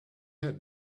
had